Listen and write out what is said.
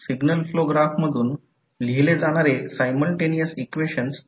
संपूर्ण flux ∅1 coil 1 ला link करतो कॉइल 1 मध्ये व्होल्टेज तयार होते ते v1 N 1 d ∅1 dt असेल